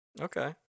Okay